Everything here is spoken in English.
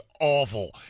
awful